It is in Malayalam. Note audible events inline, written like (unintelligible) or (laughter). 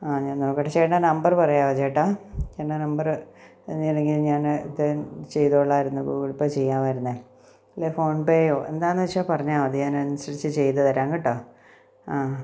ആ ഞാന് നോക്കട്ടെ ചേട്ടൻ്റെ നമ്പര് പറയാമോ ചേട്ടാ ചേട്ടൻ്റെ നമ്പര് (unintelligible) എങ്കില് ഞാന് ചെയ്തോളാമായിരുന്നു ഗൂഗ്ള് പേ ചെയ്യാമായിരുന്നേ എല്ലെ ഫോൺപേയോ എന്താന്ന് വച്ചാല് പറഞ്ഞാല് മതി ഞാനനുസരിച്ച് ചെയ്ത് തരാം കേട്ടൊ അ